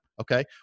okay